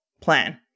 plan